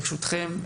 ברשותכן,